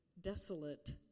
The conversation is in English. desolate